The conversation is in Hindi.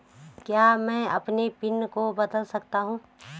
क्या मैं अपने पिन को बदल सकता हूँ?